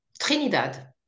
Trinidad